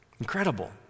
Incredible